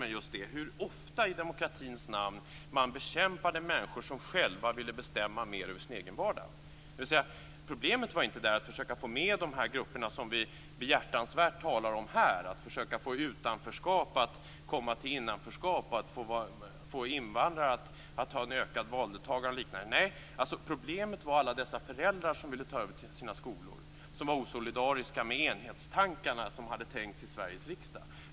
Då slog det mig hur ofta man i demokratins namn bekämpade människor som själva ville bestämma mer över sin egen vardag. Problemet var inte att försöka få med de grupper som vi behjärtansvärt talar om här. Problemet var inte att få utanförskap att bli innanförskap eller att få ett ökat valdeltagande bland invandrare. Nej, problemet var alla dessa föräldrar som ville ta över skolor och som var osolidariska med enhetstankarna som hade tänkts i Sveriges riksdag.